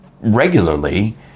regularly